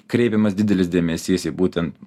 kreipiamas didelis dėmesys į būtent